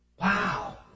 Wow